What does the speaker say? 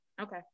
Okay